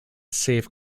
safe